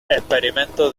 experimentos